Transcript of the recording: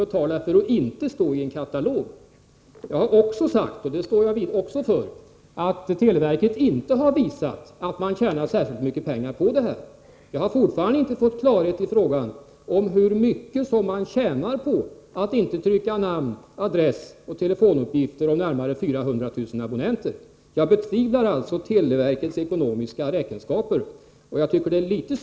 Sådana omdömen får enligt SÖ heller inte noteras i betygsliggare för årskurs 7. Mot bakgrund av ovanstående anhåller jag om att till statsrådet Göransson få ställa följande frågor: 1. Är enda motivet för betyg i grundskolan deras roll som grund för urval till fortsatt utbildning? 2. Skall betyg i ämnen som avslutas i årskurs 7 inte få lämnas ut till eleverna? 3.